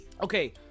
Okay